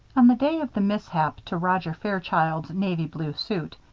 on the day of the mishap to roger fairchild's navy-blue suit,